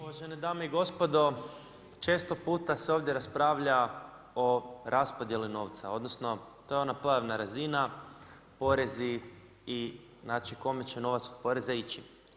Uvažene dame i gospodo, često puta se ovdje raspravlja o raspodjeli novca odnosno to je ona pojavna razina, porezi i kome će novac od poreza ići.